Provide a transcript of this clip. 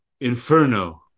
Inferno